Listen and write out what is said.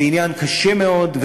זה עניין קשה מאוד,